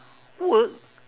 work